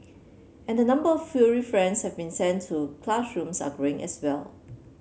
and the number furry friends have been sent to classrooms are growing as well